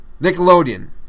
Nickelodeon